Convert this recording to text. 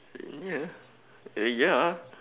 eh yeah eh yeah